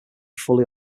fully